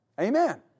Amen